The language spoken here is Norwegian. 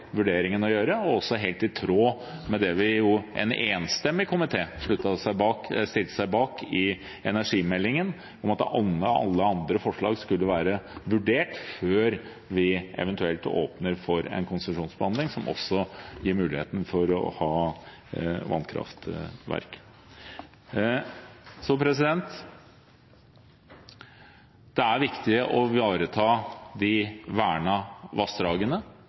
å gjøre, og at det også er helt i tråd med det en enstemmig komité stilte seg bak i forbindelse med energimeldingen, om at alle andre forslag skulle være vurdert før vi eventuelt åpner for en konsesjonsbehandling, som også gir muligheten for å ha vannkraftverk. Det er viktig å ivareta de vernede vassdragene.